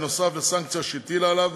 נוסף על הסנקציה שהטילה עליו,